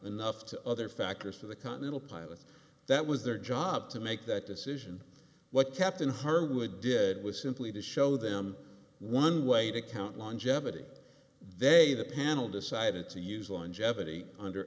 enough to other factors for the continental pilots that was their job to make that decision what captain harwood did was simply to show them one way to count longevity they the panel decided to use longevity under